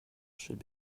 should